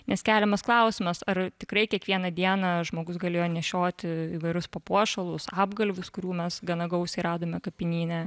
nes keliamas klausimas ar tikrai kiekvieną dieną žmogus galėjo nešioti įvairius papuošalus apgalvius kurių mes gana gausiai radome kapinyne